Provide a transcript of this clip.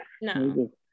no